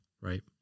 Right